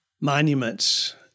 monuments